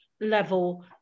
level